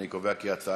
אני קובע כי ההצעה